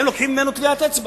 לוקחים ממנו טביעת אצבע.